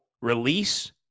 release